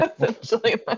essentially